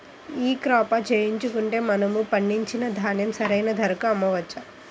ఈ క్రాప చేయించుకుంటే మనము పండించిన ధాన్యం సరైన ధరకు అమ్మవచ్చా?